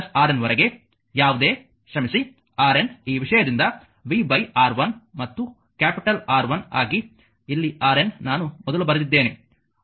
RN ವರೆಗೆ ಯಾವುದೇ ಕ್ಷಮಿಸಿ RN ಈ ವಿಷಯದಿಂದ v R1 ಮತ್ತು ಕ್ಯಾಪಿಟಲ್ R1 ಆಗಿ ಇಲ್ಲಿ RN ನಾನು ಮೊದಲು ಬರೆದಿದ್ದೇನೆ